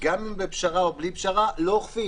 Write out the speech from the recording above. גם אם בפשרה או בלי פשרה, לא אוכפים.